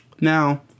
Now